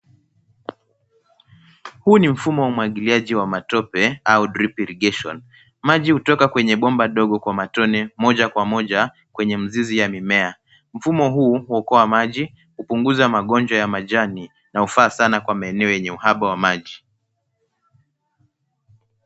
Huu ni mfumo wa umwagiliaji wa matone au drip irrigation . Maji hutoka kwenye bomba dogo kwa matone moja kwa moja kwenye mzizi ya mimea. Mfumo huu huokoa maji, hupunguza magonjwa ya majani na hufaa sana kwa maeneo yenye uhaba wa maji.